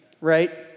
right